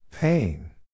Pain